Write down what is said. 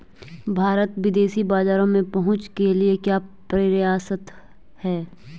भारत विदेशी बाजारों में पहुंच के लिए क्यों प्रयासरत है?